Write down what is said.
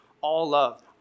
all-love